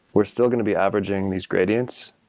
we're still going to be averaging these gradients,